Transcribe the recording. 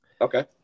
Okay